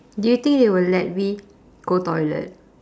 do you think they will let me go toilet